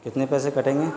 کتنے پیسے کٹیں گے